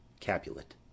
Capulet